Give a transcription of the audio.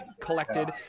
collected